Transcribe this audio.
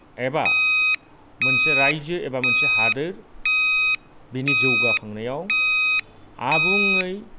एबा मोनसे राइजो एबा मोनसे हादोर बेनि जौगाखांनायाव आबुङै